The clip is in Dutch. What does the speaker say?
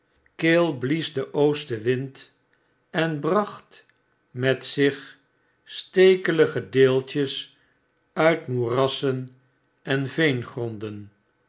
blies de oostenwind en bracht met zich stekelige deeltjes uit moerassen en